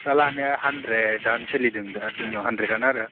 दा लानाया हानद्रेदआनो सोलिदों दा जोंनियाव हानद्रेदआनो आरो